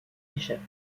échappe